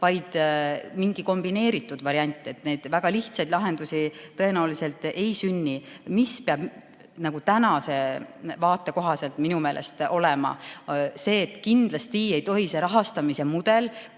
vaid mingi kombineeritud variant. Neid väga lihtsaid lahendusi tõenäoliselt ei sünni. Tänase vaate kohaselt peab minu meelest olema sedasi, et kindlasti ei tohi rahastamise mudel